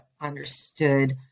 understood